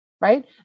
Right